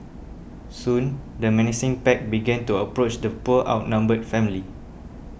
soon the menacing pack began to approach the poor outnumbered family